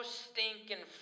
stinking